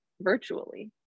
virtually